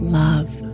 love